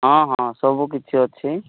ହଁ ହଁ ସବୁ କିଛି ଅଛି